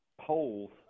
polls